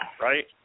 right